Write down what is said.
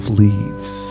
leaves